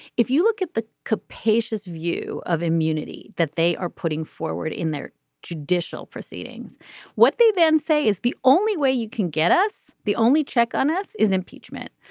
if you look at the capacious view of immunity that they are putting forward in their judicial proceedings what they then say is the only way you can get us the only check on us is impeachment.